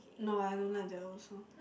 no I don't like that also